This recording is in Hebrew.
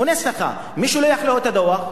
בונה סככה, מי שולח לו את הדוח?